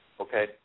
Okay